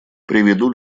приведу